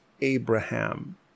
Abraham